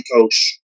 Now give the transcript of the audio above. coach